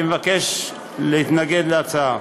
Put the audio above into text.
אני מבקש להתנגד להצעה.